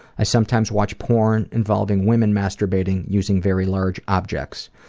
i sometimes watch porn involving women masturbating using very large objects.